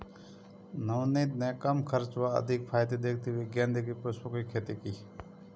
नवनीत ने कम खर्च व अधिक फायदे देखते हुए गेंदे के पुष्पों की खेती की